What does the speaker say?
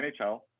NHL